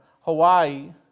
Hawaii